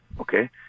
okay